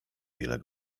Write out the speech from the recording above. wiele